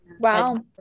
Wow